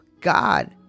God